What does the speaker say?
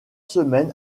semaines